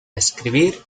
escribir